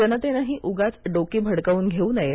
जनतेनही उगाच डोकी भडकवून घेवू नये